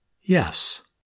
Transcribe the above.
yes